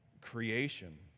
creation